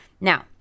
Now